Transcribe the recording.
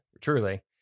truly